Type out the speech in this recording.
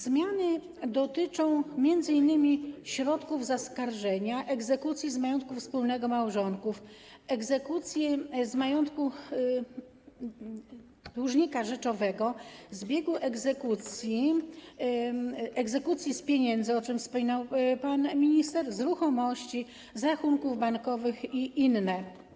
Zmiany dotyczą m.in. środków zaskarżenia, egzekucji z majątku wspólnego małżonków, egzekucji z majątku dłużnika rzeczowego, zbiegu egzekucji, egzekucji z pieniędzy, o czym wspominał pan minister, z ruchomości, z rachunków bankowych itd.